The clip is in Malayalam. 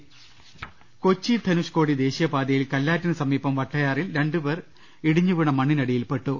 രിയ കൊച്ചി ധനുഷ്കോടി ദേശീയപാതയിൽ കല്ലാറ്റിനു സമീപം വട്ടയാ റിൽ രണ്ടു പേർ ഇടിഞ്ഞു വീണ മണ്ണിനടിയിൽ പെട്ടു